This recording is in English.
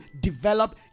develop